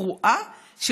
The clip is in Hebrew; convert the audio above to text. פרועה,